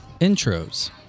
intros